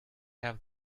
have